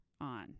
on